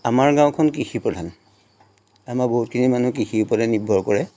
আমাৰ গাঁওখন কৃষিপ্ৰধান আমাৰ বহুতখিনি মানুহ কৃষিৰ ওপৰতে নিৰ্ভৰ কৰে